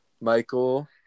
Michael